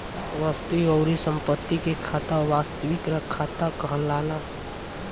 वस्तु अउरी संपत्ति के खाता वास्तविक खाता कहलाला